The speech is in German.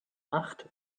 acht